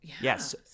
Yes